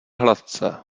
hladce